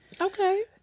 okay